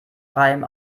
reim